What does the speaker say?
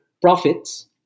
Profits